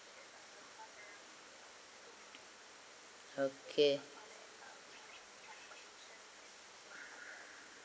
okay